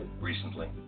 recently